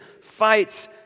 fights